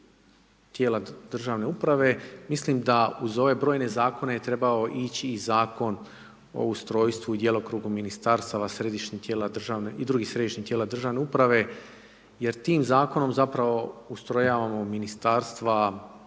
tijela državne uprave, mislim da uz ove brojne zakone je trebao ići i Zakon o ustrojstvu i djelokrugu ministarstava središnjeg tijela državne, i drugih središnjih tijela državne uprave, jer tim zakonom zapravo ustrojavamo ministarstva,